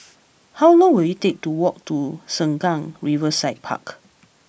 how long will it take to walk to Sengkang Riverside Park